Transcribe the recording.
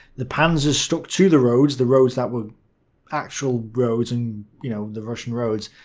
the panzers stuck to the roads, the roads that were actual roads and, you know, the russian roads,